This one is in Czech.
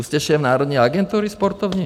Už jste šéf Národní agentury sportovní?